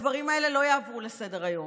על הדברים האלה לא יעברו לסדר-היום.